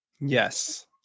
Yes